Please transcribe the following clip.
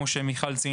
כמו שציינה מיכל,